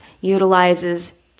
utilizes